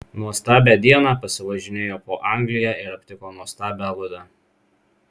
nuostabią dieną pasivažinėjo po angliją ir aptiko nuostabią aludę